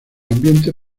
ambiente